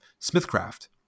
Smithcraft